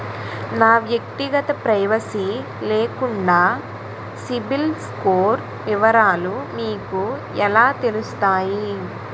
నా వ్యక్తిగత ప్రైవసీ లేకుండా సిబిల్ స్కోర్ వివరాలు మీకు ఎలా తెలుస్తాయి?